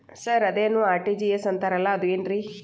Sir ಅದೇನು RTGS ಅಂತಾರಲಾ ಅದು ಏನ್ರಿ?